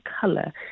color